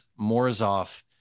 Morozov